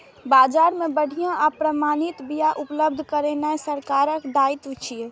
बाजार मे बढ़िया आ प्रमाणित बिया उपलब्ध करेनाय सरकारक दायित्व छियै